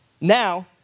Now